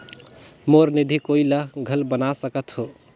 मोर निधि कोई ला घल बना सकत हो?